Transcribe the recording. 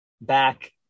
back